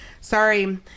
sorry